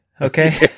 Okay